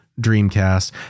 Dreamcast